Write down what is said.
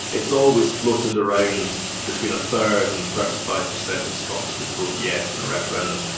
it's always floated around between a third and thirty five per cent of scots would vote yes in a referendum.